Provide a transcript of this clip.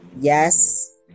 Yes